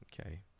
okay